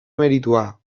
meritua